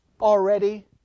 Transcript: already